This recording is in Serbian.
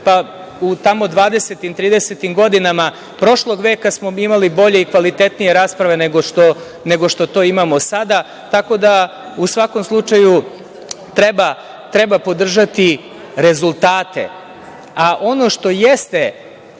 tridesetim godinama prošlog veka imali smo bolje i kvalitetnije rasprave nego što to imao sada. Tako da, u svakom slučaju, treba podržati rezultate. Ono